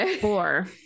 four